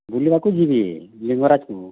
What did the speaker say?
ବୁଲିବାକୁ ଯିବି ଲିଙ୍ଗରାଜକୁ